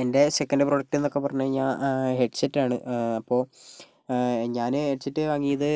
എൻ്റെ second product എന്നൊക്കെ പറഞ്ഞു കഴിഞ്ഞാൽ ഹെഡ്സെറ്റാണ് അപ്പോൾ ഞാന് ഹെഡ്സെറ്റ് വാങ്ങിയത്